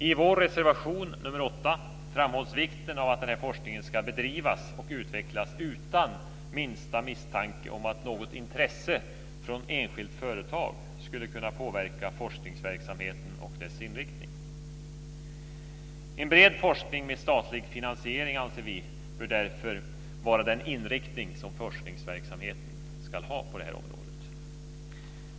I vår reservation nr 8 framhålls vikten av att forskningen bedrivs och utvecklas utan minsta misstanke om att något intresse från ett enskilt företag skulle kunna påverka forskningsverksamheten och dess inriktning. Vi anser därför att en bred forskning med statlig finansiering bör därför vara den inriktning som forskningsverksamheten ska ha på detta område.